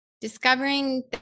discovering